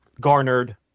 garnered